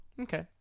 Okay